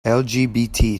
lgbt